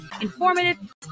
informative